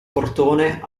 portone